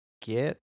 get